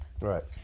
right